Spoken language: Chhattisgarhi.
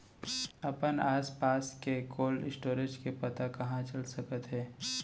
अपन आसपास के कोल्ड स्टोरेज के पता कहाँ चल सकत हे?